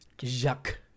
Jacques